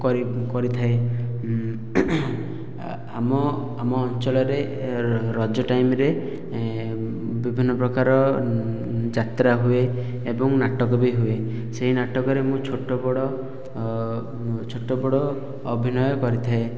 କରି କରିଥାଏ ଆମ ଆମ ଅଞ୍ଚଳରେ ରଜ ଟାଇମ ରେ ବିଭିନ୍ନପ୍ରକାର ଯାତ୍ରା ହୁଏ ଏବଂ ନାଟକ ବି ହୁଏ ସେଇ ନାଟକରେ ମୁ ଛୋଟବଡ଼ ଛୋଟବଡ଼ ଅଭିନୟ କରିଥାଏ